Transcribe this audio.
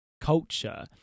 culture